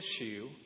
issue